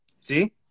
See